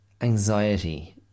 anxiety